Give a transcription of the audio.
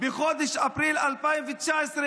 בחודש אפריל 2019,